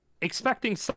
Expecting